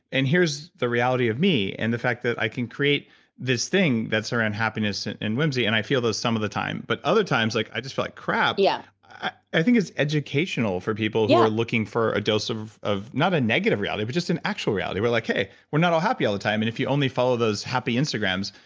and here's the reality of me and the fact that i can create this thing that's around happiness and and whimsy, and i feel those some of the time, but other times, like i just feel like crap, yeah i i think is educational for people who are looking for a dose of of not a negative reality, but just an actual reality, where like hey, we're not all happy all the time, and if you only follow those happy instagrams,